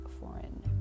foreign